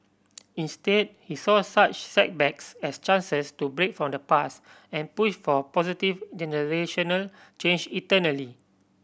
instead he saw such setbacks as chances to break from the past and push for positive generational change internally